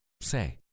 say